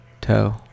toe